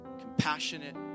compassionate